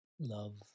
love